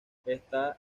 está